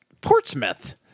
Portsmouth